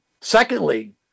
Secondly